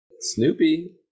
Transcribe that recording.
Snoopy